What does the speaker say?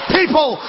People